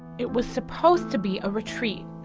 it was supposed to be a retreat.